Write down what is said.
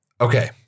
Okay